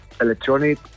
electronic